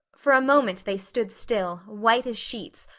for a moment they stood still, white as sheets,